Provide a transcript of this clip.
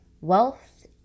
Wealth